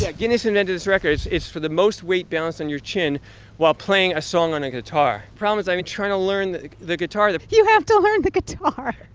yeah guinness invented this record. it's for the most weight balanced on your chin while playing a song on a guitar. problem is, i've been trying to learn the the guitar, though you have to learn the guitar